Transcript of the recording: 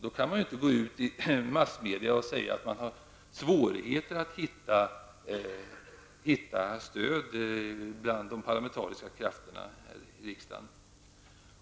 Då kan man inte gå ut i massmedia och säga att man har svårigheter att finna stöd i riksdagen.